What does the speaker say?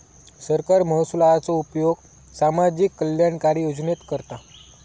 सरकार महसुलाचो उपयोग सामाजिक कल्याणकारी योजनेत करता